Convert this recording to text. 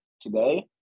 today